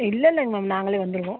இல்லை இல்லைங்க மேம் நாங்களே வந்துருவோம்